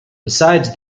besides